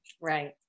Right